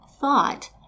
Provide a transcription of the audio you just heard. thought